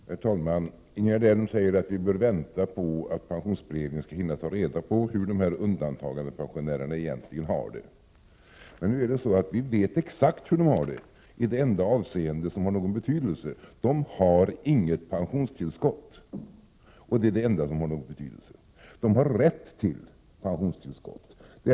Herr talman! Ingegerd Elm säger att vi bör vänta på att pensionsberedningen skall hinna ta reda på hur undantagandepensionärerna egentligen har det. Men vi vet exakt hur de har det, i det enda avseende som har någon betydelse: de har inget pensionstillskott. De har rätt till pensionstillskott.